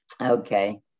Okay